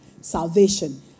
salvation